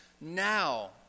now